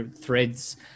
threads